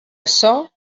açò